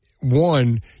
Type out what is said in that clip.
one